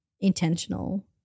intentional